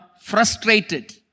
frustrated